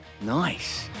Nice